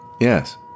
Yes